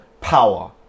power